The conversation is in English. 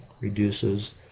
reduces